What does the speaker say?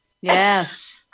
Yes